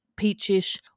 peachish